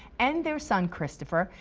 and their son, christopher